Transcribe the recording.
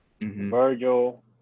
Virgil